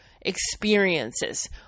experiences